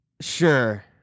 Sure